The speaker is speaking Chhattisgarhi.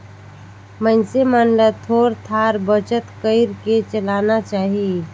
मइनसे मन ल थोर थार बचत कइर के चलना चाही